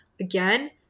Again